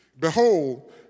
Behold